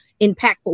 impactful